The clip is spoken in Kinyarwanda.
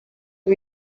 ubu